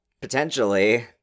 potentially